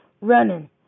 Running